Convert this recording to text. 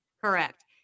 Correct